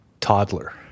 toddler